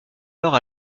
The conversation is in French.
alors